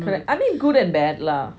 correct I mean good and bad lah